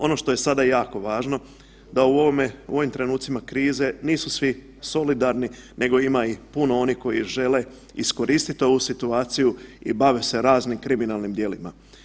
Ono što je sada jako važno da u ovim trenucima krize nisu svi solidarni nego ima puno onih koji žele iskoristit ovu situaciju i bave se raznim kriminalnim djelima.